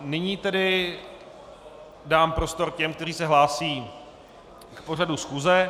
Nyní tedy dám prostor těm, kteří se hlásí k pořadu schůze.